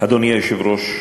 אדוני היושב-ראש,